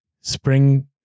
spring